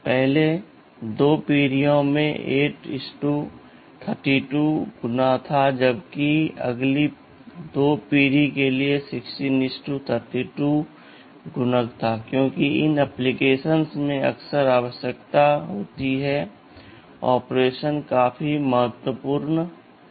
पहले दो पीढ़ियों में 8 x 32 गुणा था जबकि अगली दो पीढ़ी के लिए 16 x 32 गुणक था क्योंकि इन ऍप्लिकेशन्स में अक्सर आवश्यकता होती है ऑपरेशन काफी महत्वपूर्ण है